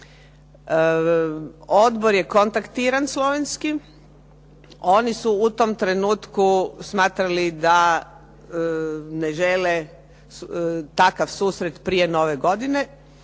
Odbor je kontaktiran Slovenski, oni su u tom trenutku smatrali da ne žele takav susret prije Nove godine,